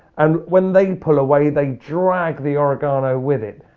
and when they pull away they drag the oregano with it.